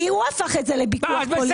הוא הפך את זה לוויכוח פוליטי.